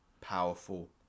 powerful